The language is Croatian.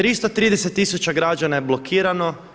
330 000 građana je blokirano.